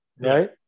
right